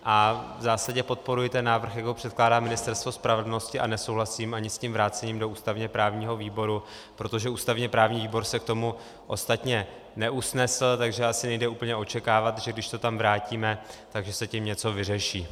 V zásadě podporuji ten návrh, jak ho předkládá Ministerstvo spravedlnosti, a nesouhlasím ani s tím vrácením do ústavněprávního výboru, protože ústavněprávní výbor se k tomu ostatně neusnesl, takže asi nejde úplně očekávat, že když to tam vrátíme, tak že se tím něco vyřeší.